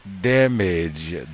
damage